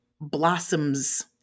blossoms